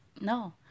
No